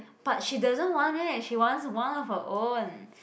but she doesn't want it she wants one of her own